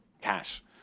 cash